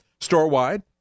storewide